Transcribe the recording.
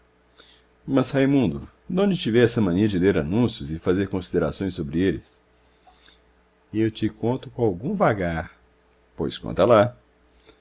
demais mas raimundo donde te veio essa mania de ler anúncios e fazer considerações sobre eles eu te conto com algum vagar pois conta lá